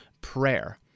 prayer